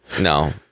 No